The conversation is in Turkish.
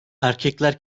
erkekler